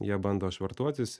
jie bando švartuotis